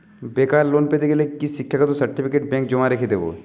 বেকার লোন পেতে গেলে কি শিক্ষাগত সার্টিফিকেট ব্যাঙ্ক জমা রেখে দেবে?